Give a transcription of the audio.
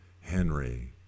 Henry